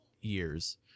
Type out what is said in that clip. years